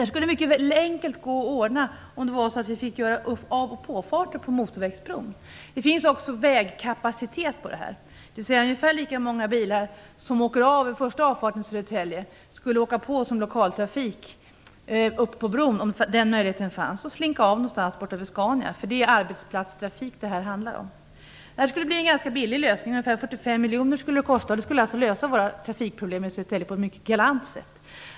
Det skulle mycket enkelt gå att ordna med av och påfarter till motorvägsbron. Det finns också vägkapcitet, dvs. att ungefär lika många bilar som åker av vid första avfarten till Södertälje skulle kunna åka upp på motorvägsbron för att slinka av någonstans i närheten av Scania, om möjligheten fanns, för det är arbetsresor som det handlar om. Detta skulle vara en ganska billig lösning. Det skulle kosta ungefär 45 miljoner, och det skulle alltså lösa våra trafikproblem i Södertälje på ett mycket galant sätt.